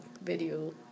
video